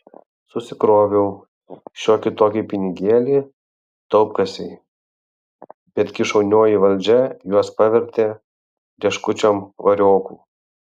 susikroviau šiokį tokį pinigėlį taupkasėj bet gi šaunioji valdžia juos pavertė rieškučiom variokų